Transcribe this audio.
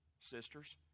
sisters